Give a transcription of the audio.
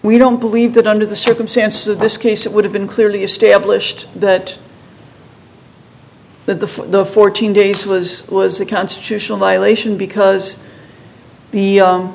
we don't believe that under the circumstances of this case it would have been clearly established that the the fourteen days was was a constitutional violation because the